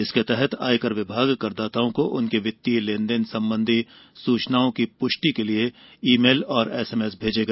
इसके तहत आयकर विभाग करदाताओं को उनके वित्तीय लेन देन संबंधी सूचनाओं की पुष्टिक के लिए ई मेल और एसएमएस भेजेगा